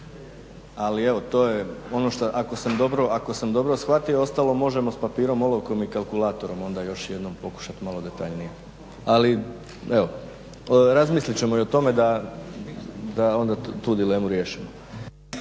Ali evo to je ono što ako sam dobro shvatio, ostalo možemo s papirom, olovkom i kalkulatorom onda još jednom pokušati malo detaljnije. Razmislit ćemo i o tome da onda tu dilemu riješimo.